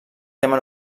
tema